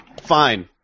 Fine